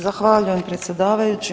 Zahvaljujem predsjedavajući.